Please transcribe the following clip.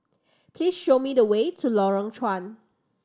please show me the way to Lorong Chuan